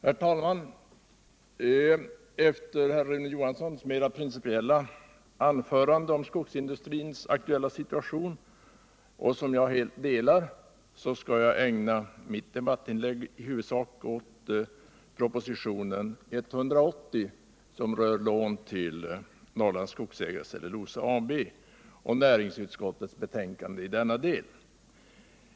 Herr talman! Efter Rune Johanssons i Ljungby mer principiella anförande om skogsindustrins aktuella situation, som jag helt instämmer i, skall jag ägna mitt debattinlägg i huvudsak åt propositionen 1977/78:180 om lån till Norrlands Skogsägares Cellulosa AB och näringsutskottets betänkande i denna del.